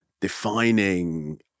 defining